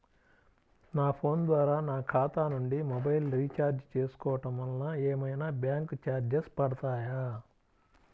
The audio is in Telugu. నా ఫోన్ ద్వారా నా ఖాతా నుండి మొబైల్ రీఛార్జ్ చేసుకోవటం వలన ఏమైనా బ్యాంకు చార్జెస్ పడతాయా?